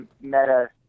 meta